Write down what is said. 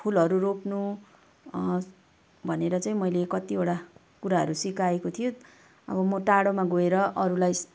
फुलहरू रोप्नु भनेर चाहिँ मैले कतिवटा कुराहरू सिकाएको थियो अब म टाढोमा गएर अरूलाई